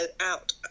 out